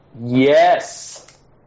Yes